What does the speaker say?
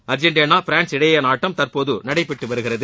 Argentina France இடையேயான ஆட்டம் தற்போது நடைபெற்றுவருகிறது